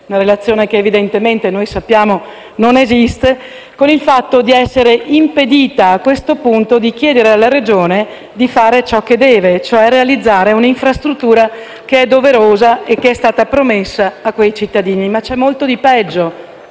una relazione che noi sappiamo non esistere - con il fatto di essere impedita, a questo punto, a chiedere alla Regione di fare ciò che deve, e cioè realizzare una infrastruttura che è doverosa ed è stata promessa ai suoi cittadini. C'è però di peggio,